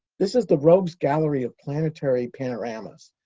this is the rogues' gallery of planetary panoramas.